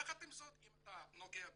יחד עם זאת, אם אתה נוגע בזה,